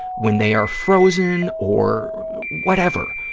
when they are frozen or whatever,